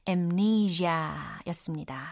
Amnesia였습니다